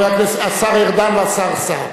השר ארדן והשר סער,